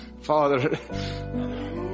Father